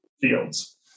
fields